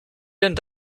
vielen